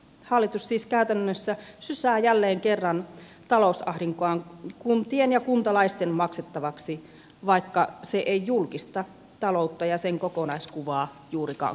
hallitus siis käytännössä sysää jälleen kerran talousahdinkoaan kuntien ja kuntalaisten maksettavaksi vaikka se ei julkista taloutta ja sen kokonaiskuvaa juurikaan kaunista